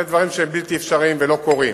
אלה דברים שהם בלתי אפשריים ולא קורים,